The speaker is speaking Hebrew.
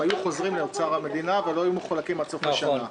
היו חוזרים לאוצר המדינה ולא מחולקים עד סוף השנה.